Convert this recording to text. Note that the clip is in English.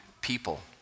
people